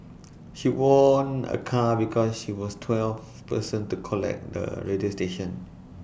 she won A car because she was twelfth person to collect the radio station